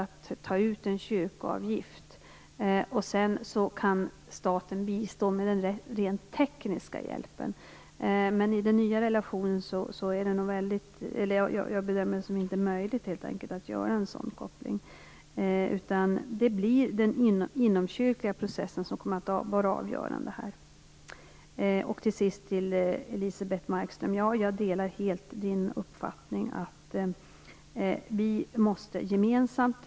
Staten kan bistå med den rent tekniska hjälpen. Jag bedömer det som omöjligt att göra en sådan koppling i den nya relationen. Det blir den inomkyrkliga processen som kommer att vara avgörande. Till sist vill jag säga att jag helt delar Elisebeht Markströms uppfattning.